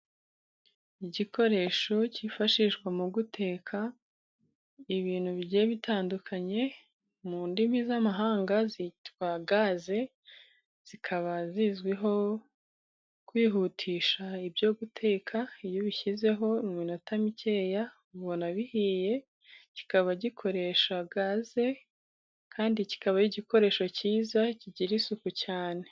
Igikoresho cyifashishwa mu guteka ibintu bigiye bitandukanye, mu ndimi z'amahanga zitwa gaze, zikaba zizwiho kwihutisha ibyo guteka, iyo ubishyizeho mu minota mikeya ubona bihiye, kikaba gikoresha gaze, kandi kikaba ari igikoresho cyiza kigira isuku cyane.